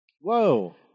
Whoa